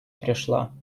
пришла